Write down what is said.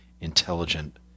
intelligent